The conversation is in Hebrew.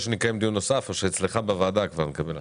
או שנקיים דיון נוסף או שאצלך בוועדה יתקיים הדיון.